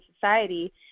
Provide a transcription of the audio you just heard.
society